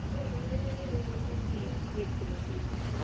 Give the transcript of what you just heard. जी जी एक किलो चाहिए है